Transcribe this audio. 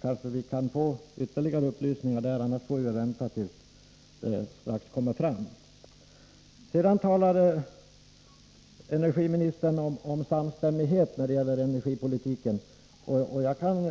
Kanske kan vi få ytterligare upplysningar på den punkten — annars får vi vänta tills förslaget kommer. Sedan talade energiministern om samstämmigheten när det gäller energipolitiken.